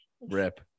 Rip